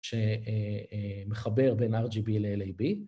שמחבר בין RGB ל-LAB.